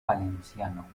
valenciano